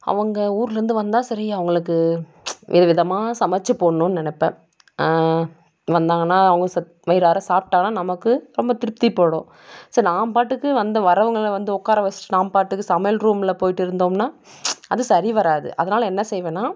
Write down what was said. அவங்க ஊர்லருந்து வந்தால் சரி அவங்களுக்கு விதவிதமாக சமைச்சு போட்ணும்ன்னு நினைப்பன் வந்தாங்கன்னா அவங்களும் வயிறார சாப்பிடாங்ன்னா நமக்கு ரொம்ப திருப்திப்படும் சரி நான் பாட்டுக்கு அந்த வரவங்கல்ல வந்து உட்கார வச்சுட்டு நான் பாட்டுக்கு சமையல் ரூம்மில் போய்விட்டு இருந்தோம்ன்னா அது சரி வராது அதனால் என்ன செய்வேன்னா